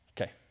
Okay